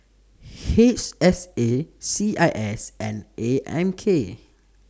H S A C I S and A M K